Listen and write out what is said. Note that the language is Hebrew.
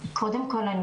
קודם כל,